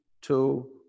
two